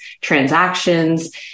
transactions